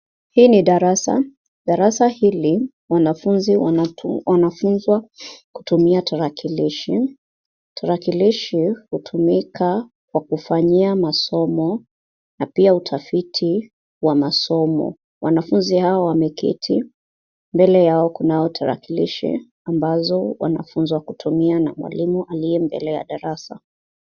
Hii ni darasa. Darasa hili lina wanatu- wanafunzwa kutumia tarakilishi. Tarakilishi hutumika kwa kufanyia masomo na pia utafiti wa masomo. Wanafunzi hao wameketi. Mbele yao kuna tarakilishi ambazo wanafunzwa kutumia na mwalimu aliye mbele ya darasa.